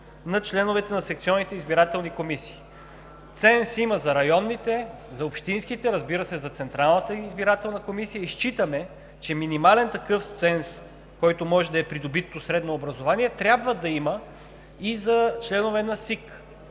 на членовете на секционните избирателни комисии. Ценз има за районните, за общинските, разбира се, за Централната избирателна комисия и считаме, че минимален такъв ценз, който може да е придобитото средно образование, трябва да има и за членове на